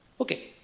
Okay